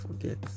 forget